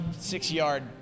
Six-yard